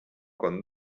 con